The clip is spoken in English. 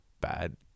bad